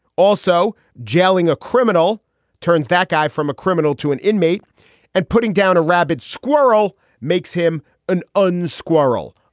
also, jailing a criminal turns that guy from a criminal to an inmate and putting down a rabid squirrel makes him an unknown squirrel,